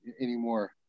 anymore